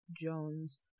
jones